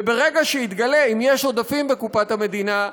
וברגע שיתגלה אם יש עודפים בקופת המדינה,